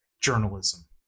journalism